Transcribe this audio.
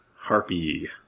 Harpy